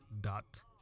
dot